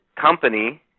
company